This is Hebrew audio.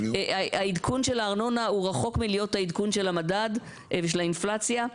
העדכון של הארנונה הוא רחוק מלהיות העדכון של המדד ושל האינפלציה,